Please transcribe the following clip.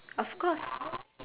of course